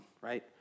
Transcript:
right